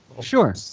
Sure